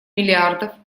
миллиардов